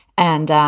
and